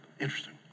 Interesting